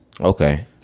okay